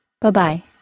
Bye-bye